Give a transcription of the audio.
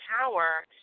power